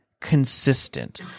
consistent